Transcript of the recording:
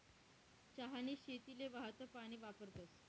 चहानी शेतीले वाहतं पानी वापरतस